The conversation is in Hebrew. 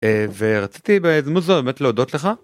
ורציתי באמת להודות לך.